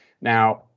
Now